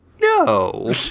No